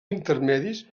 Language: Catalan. intermedis